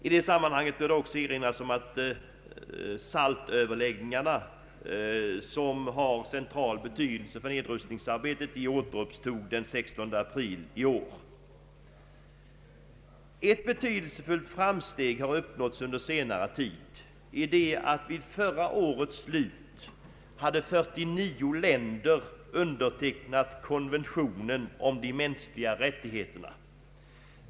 I detta sammanhang bör också erinras om att SALT-överläggningarna, som har central betydelse för nedrustningsarbetet, återupptogs den 16 april i år. Ett betydelsefullt framsteg har uppnåtts under senare tid, i det att 49 länder vid förra årets slut har undertecknat konventionerna om de mänskliga rättigheterna.